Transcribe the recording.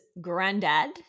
granddad